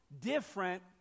different